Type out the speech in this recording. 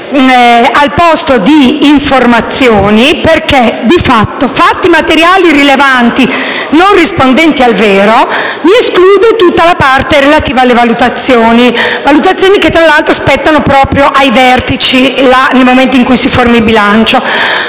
al posto di «informazioni», perché l'espressione «fatti materiali rilevanti non rispondenti al vero» esclude tutta la parte relativa alle valutazioni, che tra l'altro spettano proprio ai vertici, nel momento in cui si forma il bilancio.